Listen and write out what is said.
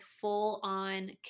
full-on